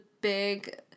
big